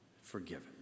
forgiven